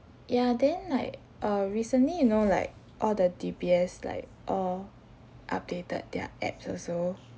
ya then like uh recently you know like all the D_B_S like uh updated their apps also